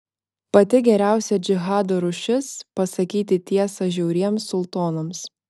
pati geriausia džihado rūšis pasakyti tiesą žiauriems sultonams